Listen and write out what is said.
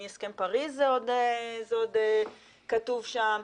מהסכם פאריז זה עוד כתוב שם,